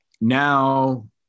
now